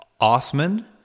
Osman